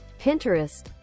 Pinterest